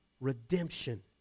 redemption